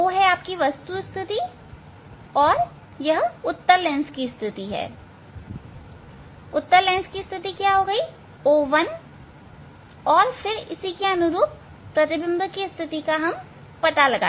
O वस्तु स्थिति और यह उत्तल लेंस की स्थिति है उत्तल लेंस की स्थिति O1और फिर उसी के अनुरूप प्रतिबिंब स्थिति पता लगाते हैं